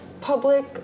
public